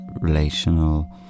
relational